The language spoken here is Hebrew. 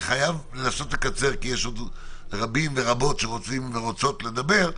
אני חייב לנסות לקצר כי יש עוד רבים ורבות שרוצים ורוצות לדבר.